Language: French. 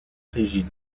rigides